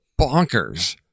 bonkers